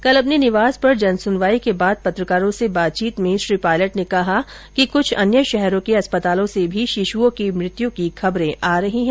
केल अपने निवास पर जन सुनवाई के बाद पत्रकारों से बातचीत में श्री पायलट ने कहा कि कुछ अन्य शहरों के अस्पतालों से मी शिशुओं की मृत्यु की खबर आ रही है